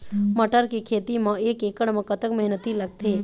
मटर के खेती म एक एकड़ म कतक मेहनती लागथे?